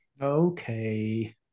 Okay